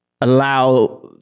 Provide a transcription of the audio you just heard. allow